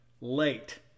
late